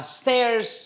stairs